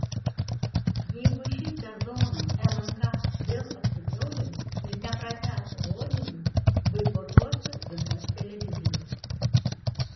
jeigu šį sezoną lnk vėl apsikiaulins ir nepratęs rodymo boikotuosiu visas televizijas